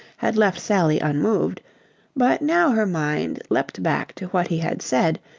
had left sally unmoved but now her mind leapt back to what he had said,